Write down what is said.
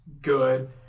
good